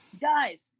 Guys